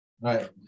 Right